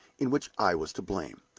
in which i was to blame.